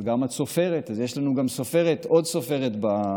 את גם סופרת, אז יש לנו עוד סופרת בכנסת.